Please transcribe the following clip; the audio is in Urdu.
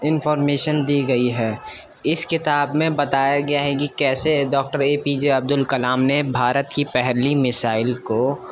انفارمیشن دی گئی ہے اس کتاب میں بتایا گیا ہے کہ کیسے doctor A P J Abdul Kalam نے بھارت کی پہلی مزائل کو